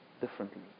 differently